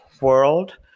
world